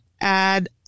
add